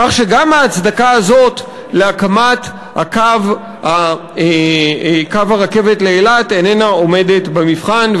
כך שגם ההצדקה הזאת להקמת קו הרכבת לאילת איננה עומדת במבחן.